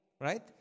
right